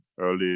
early